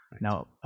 Now